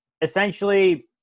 essentially –